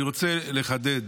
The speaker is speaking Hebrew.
אני רוצה לחדד,